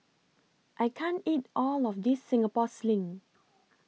I can't eat All of This Singapore Sling